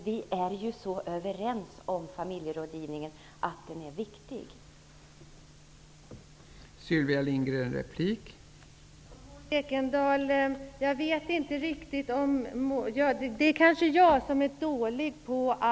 Vi är ju överens om att familjerådgivningen är viktig, Sylvia Lindgren.